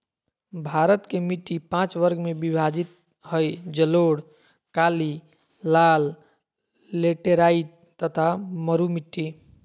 भारत के मिट्टी पांच वर्ग में विभाजित हई जलोढ़, काली, लाल, लेटेराइट तथा मरू मिट्टी